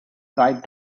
bright